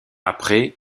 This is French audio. après